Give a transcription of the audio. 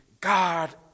God